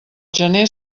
gener